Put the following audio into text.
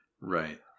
Right